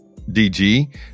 DG